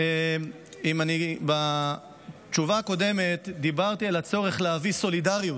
אם בתשובה הקודמת דיברתי על הצורך להביא סולידריות